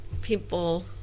people